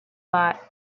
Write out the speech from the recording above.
lot